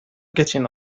getting